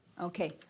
Okay